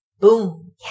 Boom